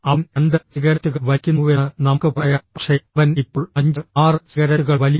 അവൻ രണ്ട് സിഗരറ്റുകൾ വലിക്കുന്നുവെന്ന് നമുക്ക് പറയാം പക്ഷേ അവൻ ഇപ്പോൾ അഞ്ച് ആറ് സിഗരറ്റുകൾ വലിക്കും